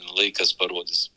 laikas parodys